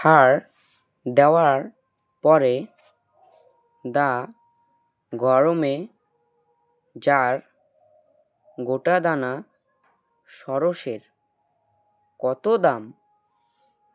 হাড় দেওয়ার পরে দা গরমে যার গোটাদানা সর্ষের কত দাম